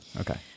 okay